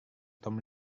tom